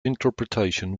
interpretation